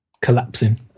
collapsing